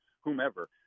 whomever